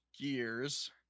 gears